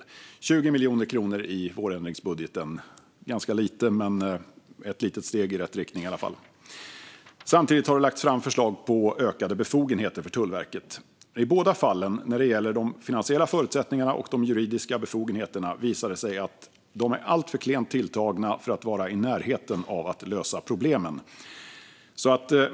Det är 20 miljoner kronor i vårändringsbudgeten. Det är ganska lite, men det är i alla fall ett litet steg i rätt riktning. Samtidigt har det lagts fram förslag på ökade befogenheter för Tullverket. I båda fallen - när det gäller de finansiella förutsättningarna och när det gäller de juridiska befogenheterna - visar det sig att förslagen är alltför klent tilltagna för att vara i närheten av att lösa problemen.